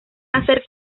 hacer